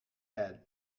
head